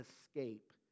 escape